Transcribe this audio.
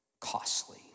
costly